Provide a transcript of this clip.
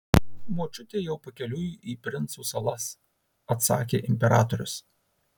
močiutė jau pakeliui į princų salas atsakė imperatorius